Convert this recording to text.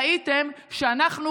ראיתם שאנחנו,